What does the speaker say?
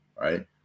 right